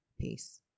Peace